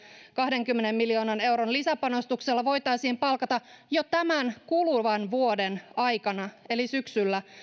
kahdenkymmenen miljoonan euron lisäpanostuksella voitaisiin palkata jo tämän kuluvan vuoden aikana eli syksyllä